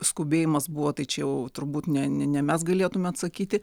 skubėjimas buvo tai čia jau turbūt ne ne mes galėtumėme atsakyti